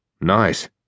Nice